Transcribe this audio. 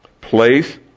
place